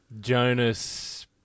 Jonas